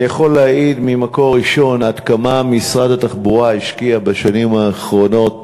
אני יכול להעיד ממקור ראשון עד כמה משרד התחבורה השקיע בשנים האחרונות